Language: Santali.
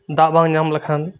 ᱫᱟᱜ ᱵᱟᱝ ᱧᱟᱢᱞᱮᱠᱷᱟᱱ